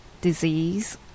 disease